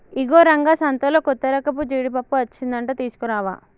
ఇగో రంగా సంతలో కొత్తరకపు జీడిపప్పు అచ్చిందంట తీసుకురావా